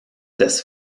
das